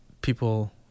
people